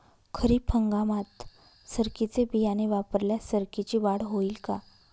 खरीप हंगामात सरकीचे बियाणे वापरल्यास सरकीची वाढ होईल का?